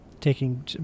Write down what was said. taking